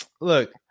Look